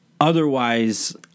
otherwise